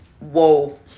whoa